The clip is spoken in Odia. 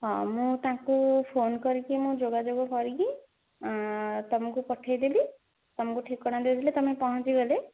ହଁ ମୁଁ ତାଙ୍କୁ ଫୋନ୍ କରିକି ମୁଁ ଯୋଗଯୋଗ କରିକି ତମକୁ ପଠେଇ ଦେବି ତମକୁ ଠିକଣା ଦେଇଦେଲେ ତମେ ପହଞ୍ଚି ଗଲେ